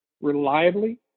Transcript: reliably